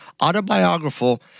autobiographical